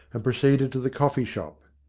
and proceeded to the coffee-shop.